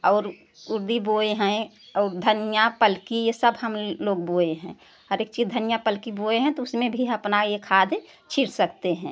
और उरदी बोए हैं और धनिया पलकी ये सब हम लोग बोए हैं हर एक चीज़ धनिया पलकी बोए हैं तो उसमें भी अपना ये खाद छींट सकते हैं